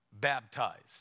baptized